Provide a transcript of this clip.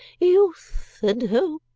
youth. and hope.